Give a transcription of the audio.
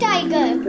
Tiger